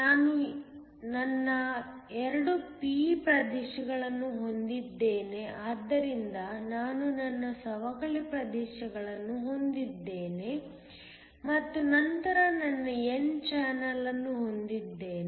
ನಾನು ನನ್ನ 2 p ಪ್ರದೇಶಗಳನ್ನು ಹೊಂದಿದ್ದೇನೆ ಆದ್ದರಿಂದ ನಾನು ನನ್ನ ಸವಕಳಿ ಪ್ರದೇಶಗಳನ್ನು ಹೊಂದಿದ್ದೇನೆ ಮತ್ತು ನಂತರ ನನ್ನ n ಚಾನಲ್ ಅನ್ನು ಹೊಂದಿದ್ದೇನೆ